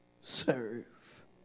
serve